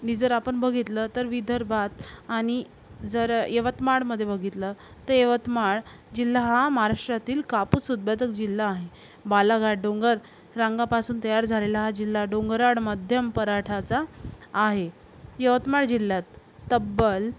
आणि जर आपण बघितलं तर विदर्भात आणि जर यवतमाळमध्ये बघितलं तर यवतमाळ जिल्हा हा महाराष्ट्रातील कापूस उत्पादक जिल्हा आहे बालाघाट डोंगर रांगापासून तयार झालेला हा जिल्हा डोंगराळ मध्यम पठाराचा आहे यवतमाळ जिल्ह्यात तब्बल